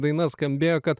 daina skambėjo kad